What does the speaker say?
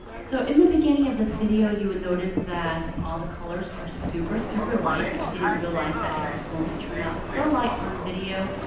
so in the beginning of this video, you will and notice that all the colors are super super light. i didn't realize that it's going to turn out so light on video,